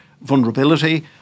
vulnerability